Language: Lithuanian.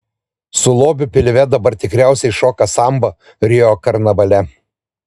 su lobiu pilve dabar tikriausiai šoka sambą rio karnavale